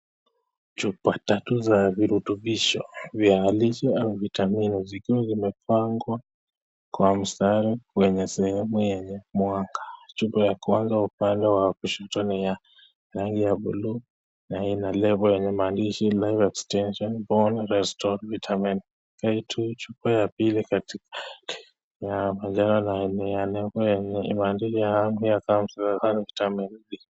Chupa tatu za virutubisho vya halisi au vitamini zikiwa zimepangwa kwa mstari wenye sehemu yenye mwanga. Chupa ya kwanza upande wa kushoto ni ya rangi ya buluu na ina lebo yenye maandishi Labour extension bone restore vitamin K2 . Chupa ya pili ni ya manjano na ina lebo imeandikwa Vitamin D .